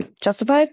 justified